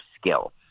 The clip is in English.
skill